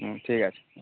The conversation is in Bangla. হুম ঠিক আছে হুম